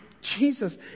Jesus